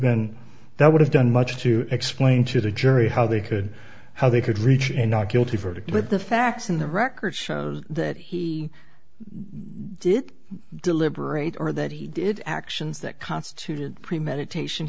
been that would have done much to explain to the jury how they could how they could reach innocuously verdict with the facts in the record show that he did deliberate or that he did actions that constituted premeditation